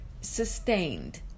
sustained